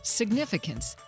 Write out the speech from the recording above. significance